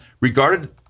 regarded